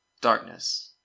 Darkness